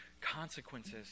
consequences